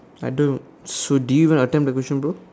I don't so did you even attempt the question bro